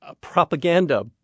propaganda